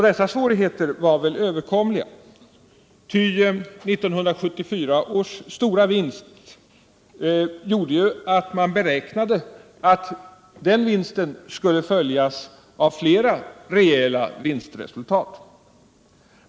Dessa svårigheter var väl överkomliga, ty 1974 års stora vinst gjorde ju att man beräknade att den vinsten skulle följas av fler rejäla vinstresultat.